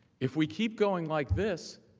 if we keep going like this,